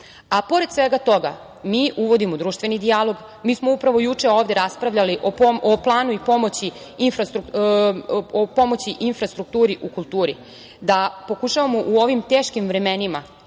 svega toga mi uvodimo društveni dijalog, mi smo upravo juče ovde raspravljali o pomoći infrastrukturi u kulturi, da pokušavamo u ovim teškim vremenima,